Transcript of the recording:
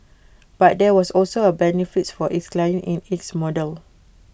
but there was also A benefit for its clients in this model